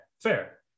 Fair